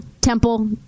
Temple